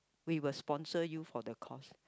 we will sponsor you for the cost